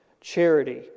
charity